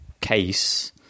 case